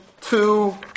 two